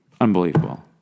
Unbelievable